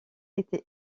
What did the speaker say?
était